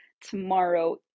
Tomorrow